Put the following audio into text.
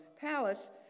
palace